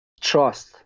trust